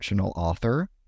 author